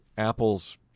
Apple's